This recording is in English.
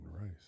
rice